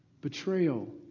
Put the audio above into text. betrayal